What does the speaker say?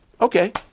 Okay